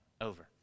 Over